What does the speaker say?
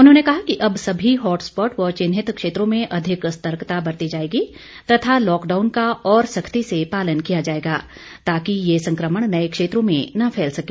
उन्होंने कहा कि अब सभी हॉट स्पॉट व चिन्हित क्षेत्रों में अधिक सतर्कता बरती जाएगी तथा लॉकडाउन का और सख्ती से पालन किया जायेगा ताकि यह संक्रमण नए क्षेत्रों में न फैल सके